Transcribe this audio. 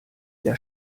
der